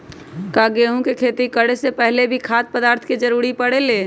का गेहूं के खेती करे से पहले भी खाद्य पदार्थ के जरूरी परे ले?